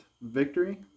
victory